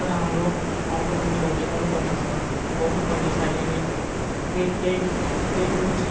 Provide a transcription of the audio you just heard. तर हाम्रो आउँदो पिँढीलाई देखाउनु पर्ने छ गर्नु पर्ने छ अहिले नै कोही केही केही कुछ